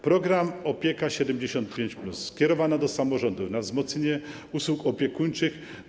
Program „Opieka 75+” kierowany jest do samorządu na wzmocnienie usług opiekuńczych.